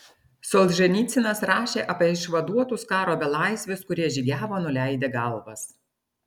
solženicynas rašė apie išvaduotus karo belaisvius kurie žygiavo nuleidę galvas